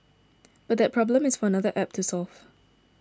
but that problem is for another App to solve